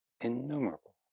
Innumerable